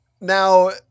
Now